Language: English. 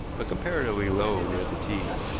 but comparatively low near the tee,